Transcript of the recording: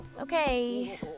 Okay